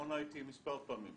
בדימונה הייתי מספר פעמים,